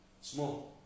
Small